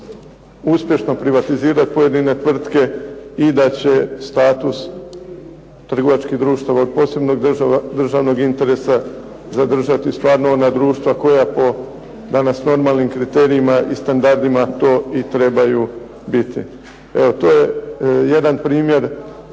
uspješno privatizirati pojedine tvrtke i da će status trgovačkih društava od posebnog državnog interesa zadržati stvarno ona društva koja po danas normalnim kriterijima i standardima to i trebaju biti. Evo to je jedan primjer